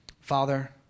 Father